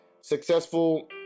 successful